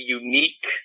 unique